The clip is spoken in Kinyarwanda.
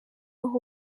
aho